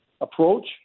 approach